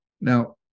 Now